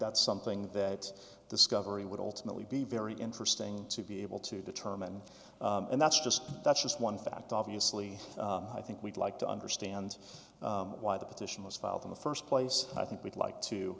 that's something that discovery would ultimately be very interesting to be able to determine and that's just that's just one fact obviously i think we'd like to understand why the petition was filed in the st place i think we'd like to